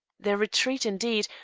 their retreat, indeed,